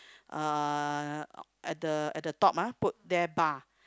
uh at the at the top ah put there bar